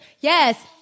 Yes